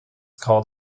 called